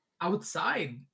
outside